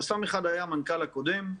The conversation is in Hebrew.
חסם אחד היה המנכ"ל הקודם,